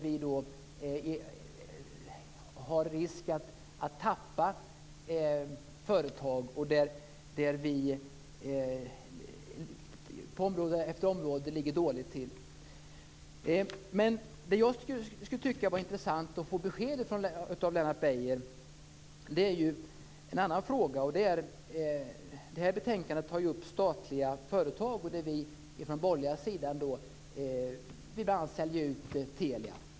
Vi riskerar att tappa företag, och på område efter område ligger vi dåligt till. Jag skulle tycka att det vore intressant att få besked av Lennart Beijer i en annan fråga. Det här betänkandet tar upp statliga företag. Vi från den borgerliga sidan vill bl.a. sälja ut Telia.